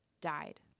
died